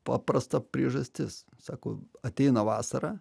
paprasta priežastis sako ateina vasara